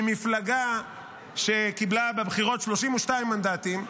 ממפלגה שקיבלה בבחירות 32 מנדטים,